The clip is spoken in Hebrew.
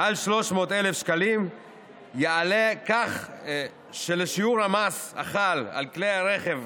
על 300,000 שקלים יעלה כך שלשיעור המס החל על כלי הרכב,